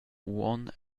uonn